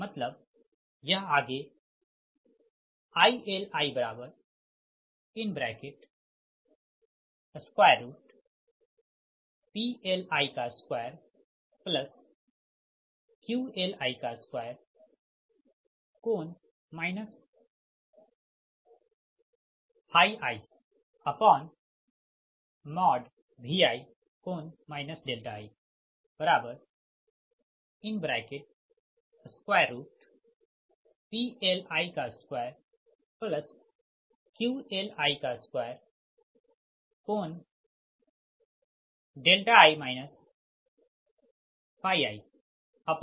मतलब यह आगे ILiPLi2QLi2∠ iVi iPLi2QLi2i iVi